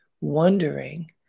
wondering